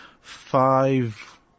five